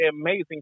amazing